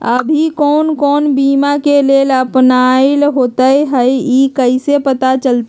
अभी कौन कौन बीमा के लेल अपलाइ होईत हई ई कईसे पता चलतई?